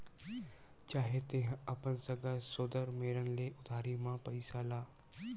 चाहे तेंहा अपन सगा सोदर मेरन ले उधारी म पइसा ला